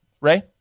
Ray